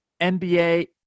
NBA